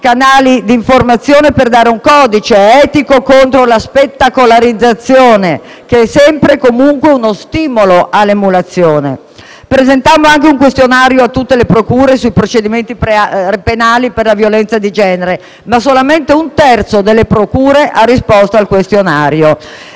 canali di informazione per dare un codice etico contro la spettacolarizzazione, che è sempre uno stimolo all'emulazione. Presentammo anche un questionario a tutte le procure sui procedimenti penali per la violenza di genere, ma solamente un terzo delle procure ha ad esso risposto.